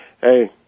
Hey